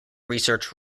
research